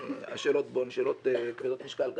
והשאלות בו הן שאלות כבדות משקל.